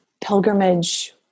pilgrimage